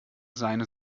seine